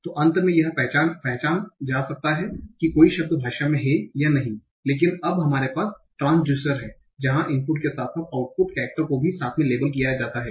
तो अंत में यह पहचान जा सकता है कि कोई शब्द भाषा में है या नहीं लेकिन अब हमारे पास ट्रांसड्यूसर है जहां इनपुट के साथ साथ आउटपुट कैरेक्टर को भी साथ मे लेबल किया जाता है